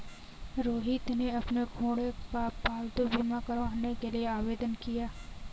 रोहित ने अपने घोड़े का पालतू बीमा करवाने के लिए आवेदन किया